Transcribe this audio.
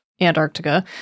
Antarctica